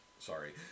Sorry